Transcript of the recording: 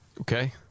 Okay